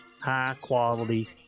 high-quality